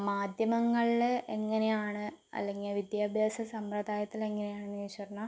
മാധ്യമങ്ങള് എങ്ങനെയാണ് അല്ലെങ്കിൽ വിദ്യാഭ്യാസ സമ്പ്രദായത്തിൽ എങ്ങനെയാണ് ചോദിച്ച് പറഞ്ഞാൽ